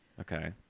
Okay